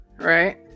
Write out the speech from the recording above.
right